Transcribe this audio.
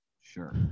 Sure